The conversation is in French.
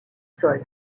sol